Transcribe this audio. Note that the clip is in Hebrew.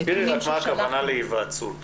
תסבירי מה הכוונה להיוועצות.